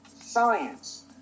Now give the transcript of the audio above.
science